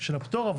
של הפטור,